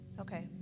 okay